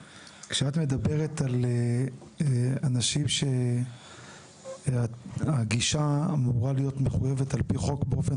כשאת מדברת על אנשים שהגישה כלפיהם אמורה להיות מחויבת על פי חוק באופן